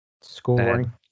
Scoring